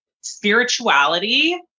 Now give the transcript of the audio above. spirituality